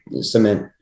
cement